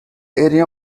area